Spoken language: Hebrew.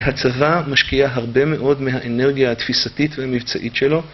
הצבא משקיע הרבה מאוד מהאנרגיה התפיסתית והמבצעית שלו